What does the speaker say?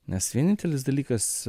nes vienintelis dalykas